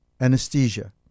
anesthesia